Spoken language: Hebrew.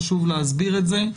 חשוב להסביר את זה.